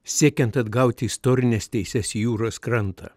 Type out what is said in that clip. siekiant atgauti istorines teises į jūros krantą